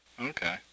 Okay